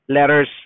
letters